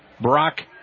Brock